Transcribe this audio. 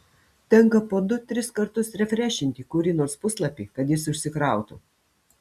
tenka po du tris kartus refrešinti kurį nors puslapį kad jis užsikrautų